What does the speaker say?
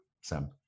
Sam